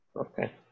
Okay